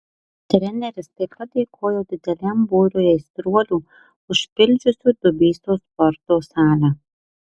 treneris taip pat dėkojo dideliam būriui aistruolių užpildžiusių dubysos sporto salę